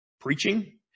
preaching